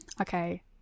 Okay